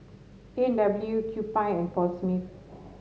A and W Kewpie and Paul Smith